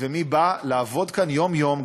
ומי בא לעבד כאן יום-יום,